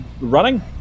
running